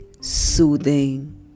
soothing